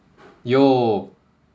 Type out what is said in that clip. yo